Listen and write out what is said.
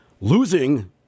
losing